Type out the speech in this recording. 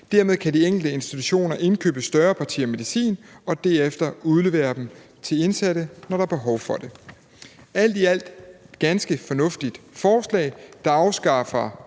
Dermed kan de enkelte institutioner indkøbe større partier medicin og derefter udlevere dem til indsatte, når der er behov for det. Alt i alt et ganske fornuftigt forslag, der afskaffer